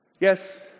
Yes